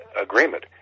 agreement